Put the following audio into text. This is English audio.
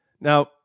Now